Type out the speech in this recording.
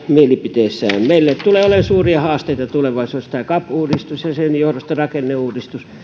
mielipiteissään tästä meillä tulee olemaan suuria haasteita tulevaisuudessa tämä cap uudistus ja sen johdosta rakenneuudistus